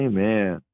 Amen